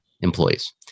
employees